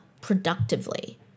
productively